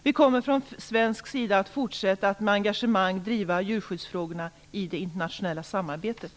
Vi kommer från svensk sida att fortsätta att med engagemang driva djurskyddsfrågorna i det internationella samarbetet.